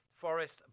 Forest